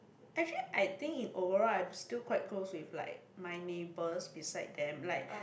actually I think in overall I'm still quite close with like my neighbours beside them like